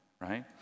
right